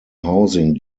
housing